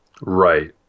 Right